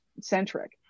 centric